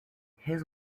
his